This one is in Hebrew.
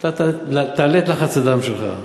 אתה תעלה את לחץ הדם שלך,